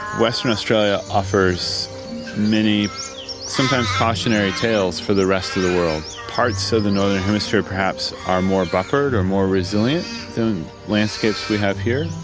western australia offers many sometimes cautionary tales for the rest of the word. parts of the northern hemisphere perhaps are more buffered or more resilient than landscapes we have here,